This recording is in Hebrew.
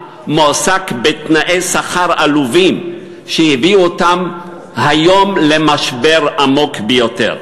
מועסק בתנאי שכר עלובים שהביאו אותו היום למשבר עמוק ביותר.